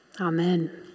Amen